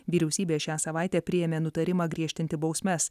vyriausybė šią savaitę priėmė nutarimą griežtinti bausmes